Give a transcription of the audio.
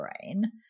brain